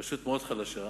רשות מאוד חלשה,